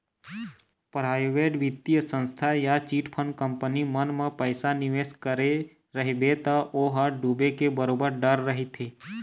private बित्तीय संस्था या चिटफंड कंपनी मन म पइसा निवेस करे रहिबे त ओ ह डूबे के बरोबर डर रहिथे